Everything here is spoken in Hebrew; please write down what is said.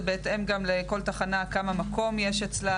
זה בהתאם גם לכל תחנה כמה מקום יש אצלה